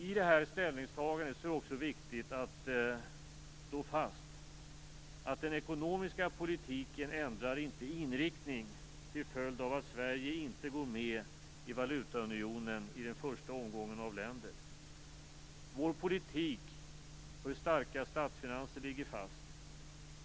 I detta ställningstagande är det också viktigt att slå fast att den ekonomiska politiken inte ändrar inriktning till följd av att Sverige inte går med i valutaunionen i den första omgången av länder. Vår politik för starka statsfinanser ligger fast.